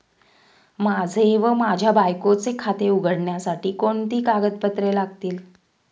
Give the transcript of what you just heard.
माझे व माझ्या बायकोचे खाते उघडण्यासाठी कोणती कागदपत्रे लागतील?